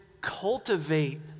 cultivate